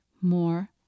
more